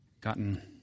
gotten